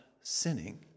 sinning